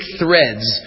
threads